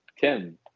Tim